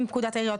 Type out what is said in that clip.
אם פקודת העיריות,